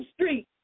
street